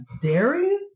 dairy